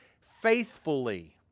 faithfully